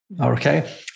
Okay